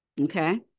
Okay